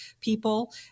people